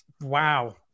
wow